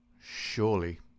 Surely